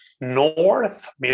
north